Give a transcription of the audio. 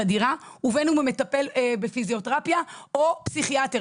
הדירה ובין אם הוא מטפל בפיזיותרפיה או פסיכיאטר,